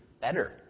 better